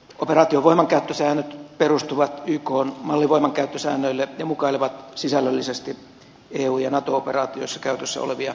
operaation voimankäyttösäännöt perustuvat ykn mallivoimankäyttösäännöille ja mukailevat sisällöllisesti eu ja nato operaatioissa käytössä olevia voimankäyttösääntöjä